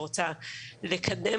הכנה לקריאה שנייה